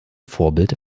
vorbild